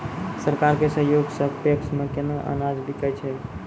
सरकार के सहयोग सऽ पैक्स मे केना अनाज बिकै छै?